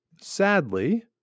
sadly